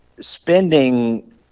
spending